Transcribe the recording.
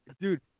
Dude